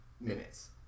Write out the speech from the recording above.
Minutes